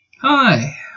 Hi